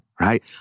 right